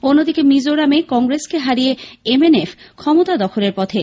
অন্যদিকে মিজোরামে কংগ্রেসকে হারিয়ে এমএনএফ ক্ষমতা দখলের পথে